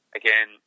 again